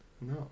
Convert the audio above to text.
No